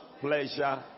pleasure